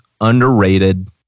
underrated –